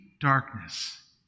darkness